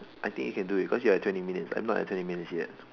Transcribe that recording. I think you can do it cause you're at twenty minutes I'm not at twenty minutes yet